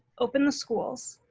open the schools,